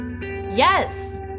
Yes